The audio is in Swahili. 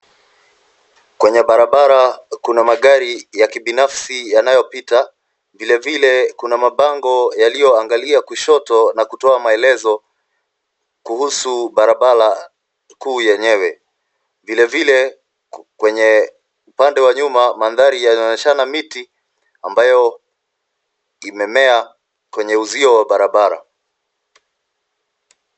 Kwenye barabara, kuna magari ya kibinafsi yanayopita. Vilevile, kuna mabango yanayoangalia kushoto na kutoa maelezo kuhusu barabara kuu yenyewe. Vilevile, kwenye upande wa nyuma mandhari yanaonyesha miti ambayo imemea kwenye uzio wa barabara.